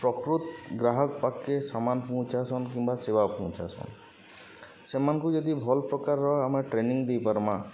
ପ୍ରକୃତ ଗ୍ରାହକ ପାଖକେ ସାମାନ ପହଞ୍ଚାସନ୍ କିମ୍ବା ସେବା ପହଞ୍ଚାସନ୍ ସେମାନଙ୍କୁ ଯଦି ଭଲ୍ ପ୍ରକାରର ଆମେ ଟ୍ରେନିଂ ଦେଇପାର୍ମା